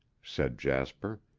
said jasper.